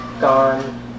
gone